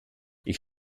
ich